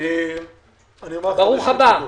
ברוך הבא.